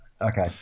Okay